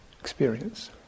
experience